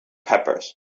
peppers